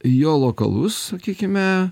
jo lokalus sakykime